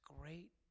great